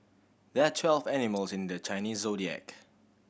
there are twelve animals in the Chinese Zodiac